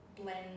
blend